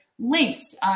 Links